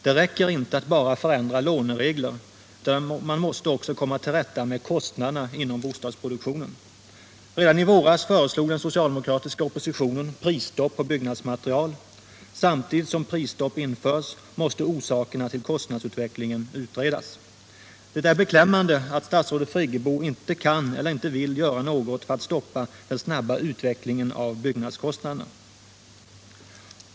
Det räcker inte att bara förändra låneregler, utan man måste också komma till rätta med kostnaderna inom bostadsproduktionen. Redan i våras föreslog den socialdemokratiska oppositionen prisstopp på byggnadsmaterial. Samtidigt som prisstopp införs måste orsakerna till kostnadsutvecklingen utredas. Det är beklämmande att statsrådet Friggebo inte kan eller vill göra något för att stoppa den snabba utvecklingen av byggnadskostnaderna.